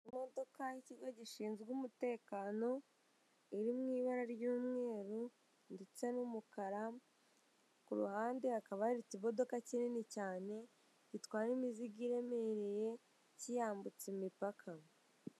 Imodoka y'ikigo gishinzwe umutekano, iri mu ibara ry'umweru, ndetse n'umukara ku ruhande hakaba hari ikimodoka kinini cyane, gitwara imizigo iremereye kiyambutsa imipaka.